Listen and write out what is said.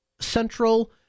Central